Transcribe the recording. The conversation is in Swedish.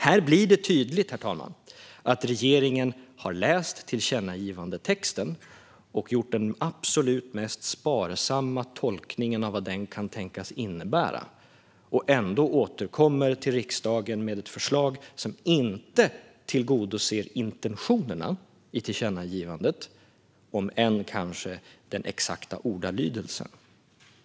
Här blir det tydligt, herr talman, att regeringen har läst tillkännagivandetexten och gjort den absolut mest sparsamma tolkningen av vad den kan tänkas innebära och ändå återkommer till riksdagen med ett förslag som inte tillgodoser intentionerna i tillkännagivandet, om än kanske den exakta ordalydelsen.